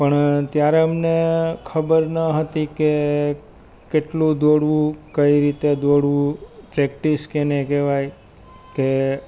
પણ ત્યારે અમને ખબર નહતી કે કેટલો દોડવું કઈ રીતે દોડવું પ્રેકટીસ કોને કહેવાય તે